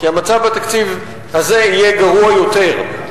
כי בתקציב הזה המצב יהיה גרוע יותר.